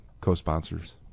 co-sponsors